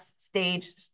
stage